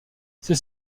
c’est